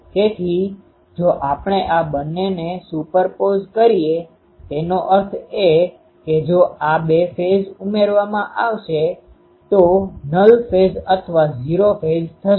તેથી જો આપણે આ બંનેને સુપરપોઝ કરીએ તેનો અર્થ એ કે જો આ બે ફેઝ ઉમેરવામાં આવશે તો તે નલ ફેઝ અથવા ઝીરો ફેઝ હશે